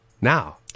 now